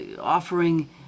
offering